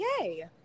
yay